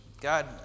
God